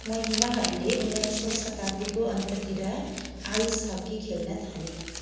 महिलाहरूले उन्नाइसौँ शताब्दीको अन्ततिर आइस हक्की खेल्न थाले